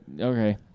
okay